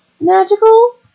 magical